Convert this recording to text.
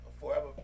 Forever